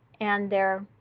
and they're